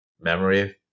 memory